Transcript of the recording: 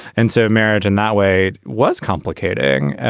and so marriage in that way was complicating